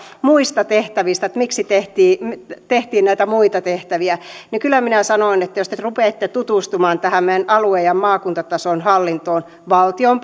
muista tehtävistä eli siitä miksi tehtiin tehtiin näitä muita tehtäviä kyllä minä sanon että jos te te rupeatte tutustumaan tähän meidän alue ja maakuntatason hallintoon valtion